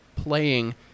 playing